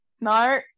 No